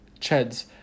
cheds